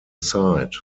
site